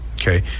okay